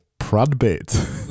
Pradbit